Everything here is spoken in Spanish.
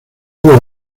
largo